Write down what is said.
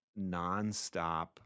nonstop